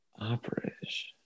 Opera-ish